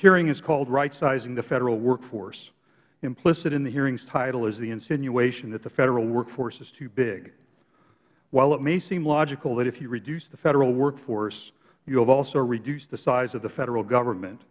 hearing is called rightsizing the federal workforce implicit in the hearing's title is the insinuation that the federal workforce is too big while it may seem logical that if you reduce the federal workforce you have also reduced the size of the federal government